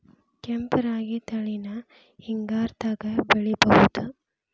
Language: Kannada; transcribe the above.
ಕೆಂಪ ರಾಗಿ ತಳಿನ ಹಿಂಗಾರದಾಗ ಬೆಳಿಬಹುದ?